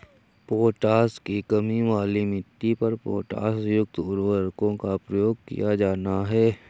potash की कमी वाली मिट्टी पर पोटाशयुक्त उर्वरकों का प्रयोग किया जाना है